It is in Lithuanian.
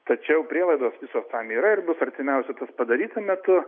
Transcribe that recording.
tačiau prielaidos visos tam yra ir bus artimiausiu tas padaryta metu